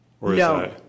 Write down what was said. No